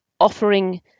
offering